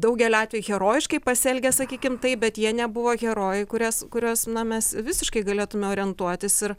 daugeliu atvejų herojiškai pasielgė sakykim taip bet jie nebuvo herojai į kurias kuriuos na mes visiškai galėtume orientuotis ir